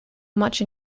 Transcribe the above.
much